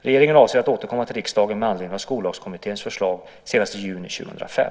Regeringen avser att återkomma till riksdagen med anledning av Skollagskommitténs förslag senast i juni 2005.